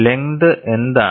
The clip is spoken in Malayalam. ലെങ്ത് എന്താണ്